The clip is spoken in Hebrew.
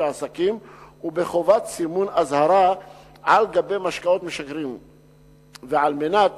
עסקים ובחובת סימון אזהרה על גבי משקאות משכרים ועל מנת